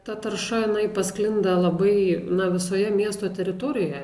ta tarša jinai pasklinda labai na visoje miesto teritorijoe